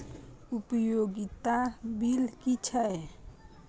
उपयोगिता बिल कि छै?